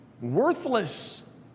worthless